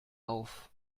auf